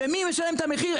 מי משלם את המחיר?